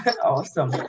Awesome